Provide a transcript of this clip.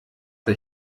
der